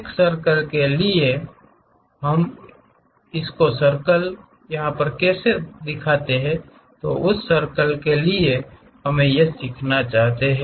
एक सर्कल के लिए कैसे करें कि हमें यह सिखाना चाहते हैं